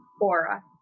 Aura